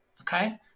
okay